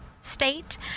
state